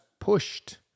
pushed